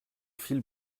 file